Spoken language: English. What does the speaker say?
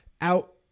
out